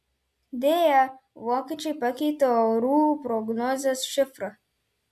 deja vokiečiai pakeitė orų prognozės šifrą